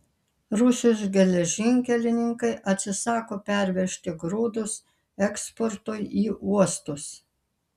rusijos geležinkelininkai atsisako pervežti grūdus eksportui į uostus